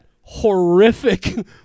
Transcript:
horrific